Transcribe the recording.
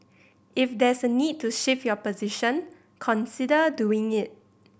if there's a need to shift your position consider doing it